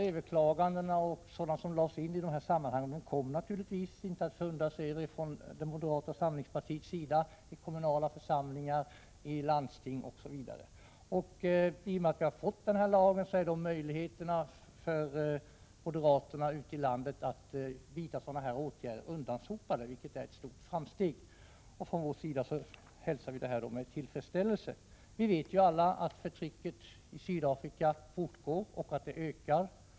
Överklagandena kom naturligtvis, vilket inte är något att förundra sig över, från det moderata samlingspartiets sida i kommunala församlingar och landstingsförsamlingar. Men i och med att vi fick denna lag är möjligheterna för moderaterna ute i landet att vidta sådana åtgärder undanröjda, vilket är ett stort framsteg. Från vår sida hälsar vi det med tillfredsställelse. Vi vet alla att förtrycket i Sydafrika fortgår och ökar.